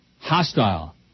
hostile